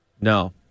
No